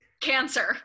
cancer